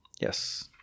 Yes